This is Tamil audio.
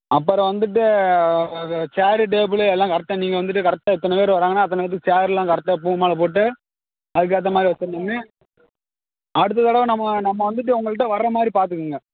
அப்புறோம் வந்துட்டு சேரு டேபிளு எல்லாம் கரெட்டாக நீங்கள் வந்துட்டு கரெக்டாக இத்தனைப் பேர் வர்றாங்கன்னா அத்தனைப் பேற்றுக்கு சேரலாம் கரெக்டாக பூ மாலை போட்டு அதுக்கேற்ற மாதிரி வெச்சுருணும்ண்ணே அடுத்த தடவை நம்ம நம்ம வந்துட்டு உங்கள்கிட்ட வர்ற மாதிரி பார்த்துக்குங்க